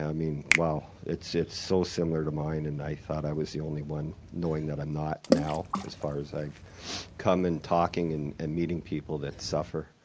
i mean, wow. it's it's so similar to mine and i thought i was the only one, knowing that i'm not now, as far as i've come, and talking and and meeting people that suffer.